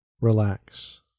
relax